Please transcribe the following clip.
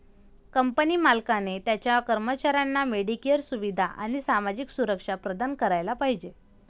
company मालकाने त्याच्या कर्मचाऱ्यांना मेडिकेअर सुविधा आणि सामाजिक सुरक्षा प्रदान करायला पाहिजे